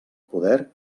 poder